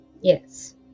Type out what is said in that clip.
Yes